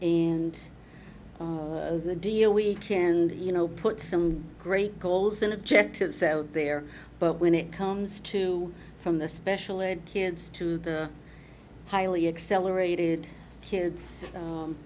and the deal weekend you know put some great goals and objectives out there but when it comes to from the special ed kids to the highly accelerated kids